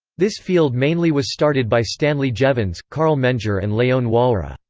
this field mainly was started by stanley jevons, carl menger and leon walras.